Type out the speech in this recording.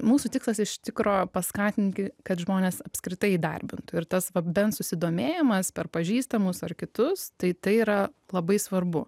mūsų tikslas iš tikro paskatinki kad žmonės apskritai įdarbintų ir tas va bent susidomėjimas per pažįstamus ar kitus tai tai yra labai svarbu